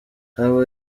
abo